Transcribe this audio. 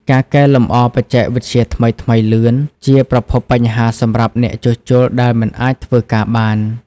ការកែលម្អបច្ចេកវិទ្យាថ្មីៗលឿន ជាប្រភពបញ្ហាសម្រាប់អ្នកជួសជុលដែលមិនអាចធ្វើការបាន។